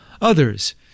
Others